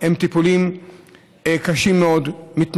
הם טיפולים קשים מאוד, מתמשכים.